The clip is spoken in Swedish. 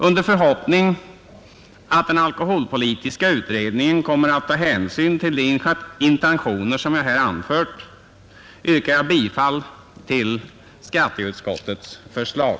Under förhoppning att den alkoholpolitiska utredningen kommer att ta hänsyn till de intentioner jag här anfört, yrkar jag bifall till skatteutskottets förslag.